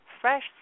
fresh